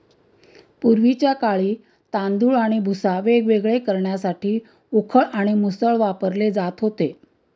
पूर्वीच्या काळी तांदूळ आणि भुसा वेगवेगळे करण्यासाठी उखळ आणि मुसळ वापरले जात होते